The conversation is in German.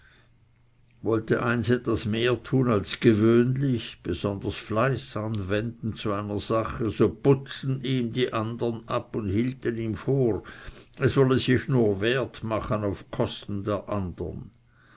wollte eins etwas mehr tun als gewöhnlich besondern fleiß anwenden zu einer sache so putzten ihm die andern ab und hielten ihm vor es wolle sich nur wert machen auf kosten der andern